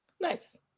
Nice